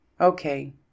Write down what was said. Okay